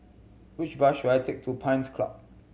which bus should I take to Pines Club